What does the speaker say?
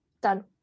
done